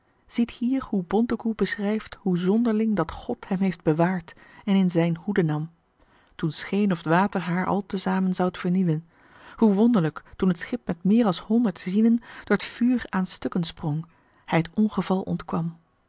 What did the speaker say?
ziet hier hoe bontekoe befchrijfthoe zonderlingh dat godt hem heeft bewaart en in zijn hoede nam toen t fcheen of t water haer al t zamen zoud vemielejttj hoe wnderlijck toen t schip met meer als hondert zielen s door vuur aen ftucken fprongh hy t ongeval ontquano